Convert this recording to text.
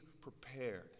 prepared